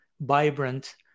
vibrant